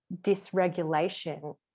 dysregulation